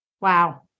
wow